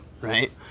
right